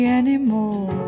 anymore